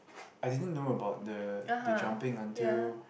I didn't know about the the jumping until